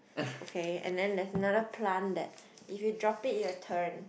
okay and then there's another plant that if you drop it it will turn